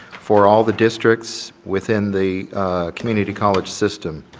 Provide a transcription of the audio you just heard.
for all the districts within the community college system.